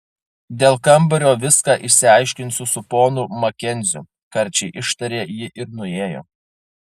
dėl kambario viską išsiaiškinsiu su ponu makenziu karčiai ištarė ji ir nuėjo